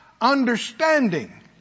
understanding